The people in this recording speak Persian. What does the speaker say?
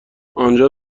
آنجا